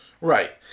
Right